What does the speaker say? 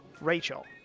Rachel